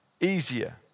easier